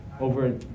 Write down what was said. over